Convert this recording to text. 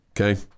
okay